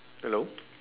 hello